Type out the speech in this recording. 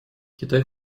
китай